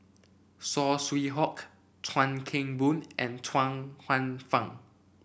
Saw Swee Hock Chuan Keng Boon and Chuang Hsueh Fang